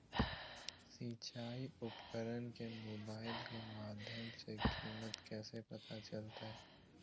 सिंचाई उपकरण के मोबाइल के माध्यम से कीमत कैसे पता चलतय?